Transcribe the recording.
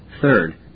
Third